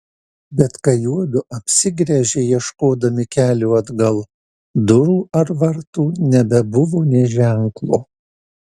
bet kai juodu apsigręžė ieškodami kelio atgal durų ar vartų nebebuvo nė ženklo